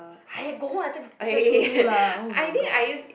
I go home and take picture show you lah oh my god